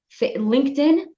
LinkedIn